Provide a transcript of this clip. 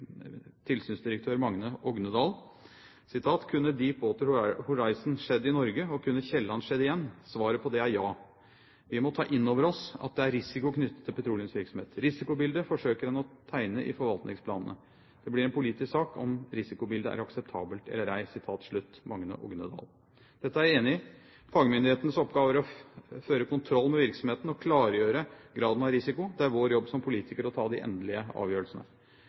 tilsynsdirektør Magne Ognedal: «Kunne Deepwater Horizon skjedd i Norge og kunne Kielland skjedd igjen? Svaret på det er ja. Vi må ta innover oss at det er risiko knyttet til petroleumsvirksomhet. Risikobildet forsøker en å tegne i forvaltningsplanene. Det blir en politisk sak om det risikobildet er akseptabelt eller ei». Dette er jeg enig i. Fagmyndighetenes oppgave er å føre kontroll med virksomheten og klargjøre graden av risiko. Det er vår jobb som politikere å ta de endelige avgjørelsene.